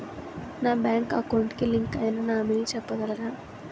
నా bank account కి link అయినా నామినీ చెప్పగలరా?